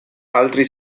altri